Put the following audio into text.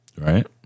Right